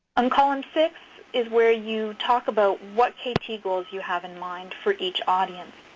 um column six is where you talk about what kt goals you have in mind for each audience.